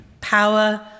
Power